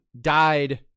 died